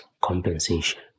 compensation